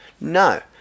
No